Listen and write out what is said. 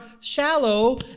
shallow